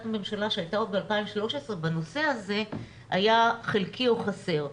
הממשלה שהייתה עוד ב-2013 בנושא הזה היה חלקי או חסר.